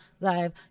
live